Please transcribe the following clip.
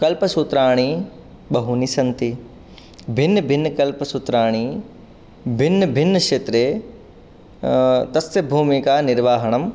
कल्पसूत्राणि बहूनि सन्ति भिन्नभिन्नकल्पसूत्राणि भिन्नभिन्नक्षेत्रे तस्य भूमिका निर्वाहणं